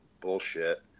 Bullshit